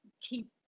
keep